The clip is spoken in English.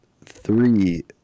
three